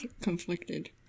Conflicted